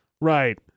Right